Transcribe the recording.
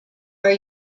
are